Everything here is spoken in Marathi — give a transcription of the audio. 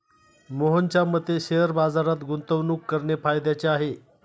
मोहनच्या मते शेअर बाजारात गुंतवणूक करणे फायद्याचे आहे